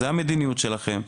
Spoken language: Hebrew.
זו המדיניות שלכם.